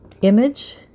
Image